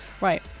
right